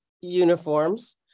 uniforms